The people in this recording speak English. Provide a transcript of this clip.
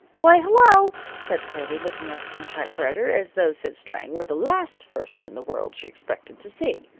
why, hello! said pearlie, looking up from her typewriter as though sid strang were the last person in the world she expected to see.